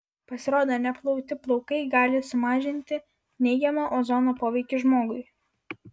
pasirodo neplauti plaukai gali sumažinti neigiamą ozono poveikį žmogui